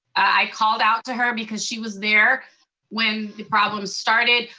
i called out to her, because she was there when the problems started.